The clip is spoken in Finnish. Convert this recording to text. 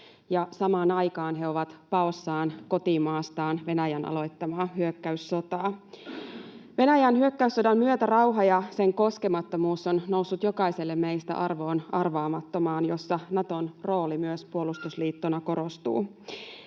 samaan aikaan he ovat paossa kotimaastaan Venäjän aloittamaa hyökkäyssotaa. Venäjän hyökkäyssodan myötä rauha ja sen koskemattomuus on noussut jokaiselle meistä arvoon arvaamattomaan, jolloin Naton rooli myös puolustusliittona korostuu.